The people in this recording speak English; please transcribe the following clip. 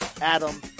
Adam